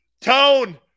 Tone